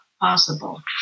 possible